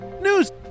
news